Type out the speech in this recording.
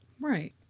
Right